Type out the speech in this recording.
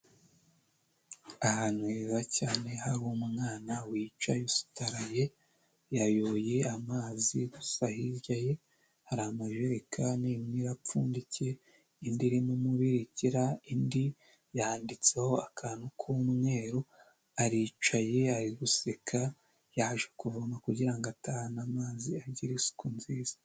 Ahantu heza cyane hari umwana wicaye usutaraye yayoboye amazi gusa hirya hari amajerekani imwe irapfundikiye, indi irimo umubirikira, indi yanditseho akantu k'umweru aricaye ari guseka yaje kuvoma kugira atahane amazi agire isuku nziza.